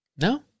No